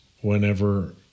whenever